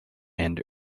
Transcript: and